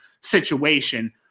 situation